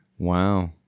Wow